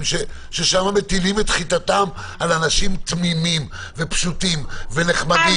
ששם מטילים על חיתתם על אנשים תמימים ופשוטים ונחמדים שנמצאים שם.